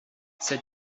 c’est